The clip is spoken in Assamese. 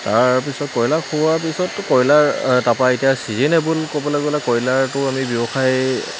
তাৰপিছত কয়লাক খুওৱাৰ পিছত কয়লাৰ তাপা এতিয়া চিজনেবল ক'বলৈ গ'লে কয়লাৰটো আমি ব্যৱসায়